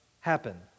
happen